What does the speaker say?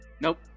Nope